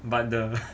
but the